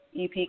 EP